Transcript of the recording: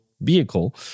vehicle